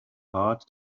heart